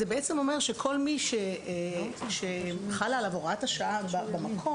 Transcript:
זה בעצם אומר שכל מי שחלה עליו הוראת השעה במקור,